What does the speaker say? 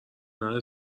نره